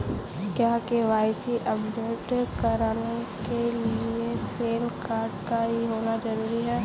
क्या KYC update कराने के लिए पैन कार्ड का ही होना जरूरी है?